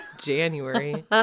january